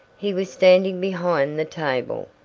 he was standing behind the table,